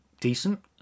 decent